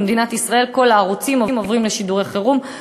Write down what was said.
במדינת ישראל כל הערוצים עוברים לשידורי חירום,